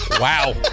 Wow